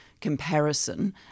Comparison